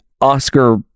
Oscar